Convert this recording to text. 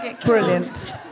brilliant